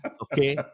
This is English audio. okay